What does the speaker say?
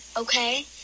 okay